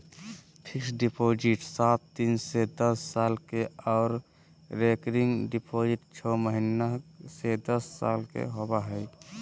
fixed deposit सात दिन से दस साल के आर रेकरिंग डिपॉजिट छौ महीना से दस साल के होबय हय